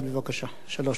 שלוש דקות.